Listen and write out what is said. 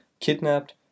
kidnapped